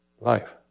life